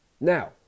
Now